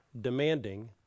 demanding